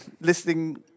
listening